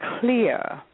clear